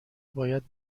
باید